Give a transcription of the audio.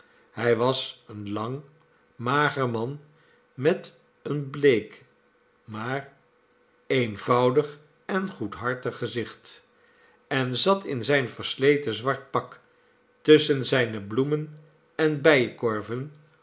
hij was een lang mager man met een bleek maar eenvoudig en goedhartig gezicht en zat in zijn versleten zwart pak tusschen zijne bloemen en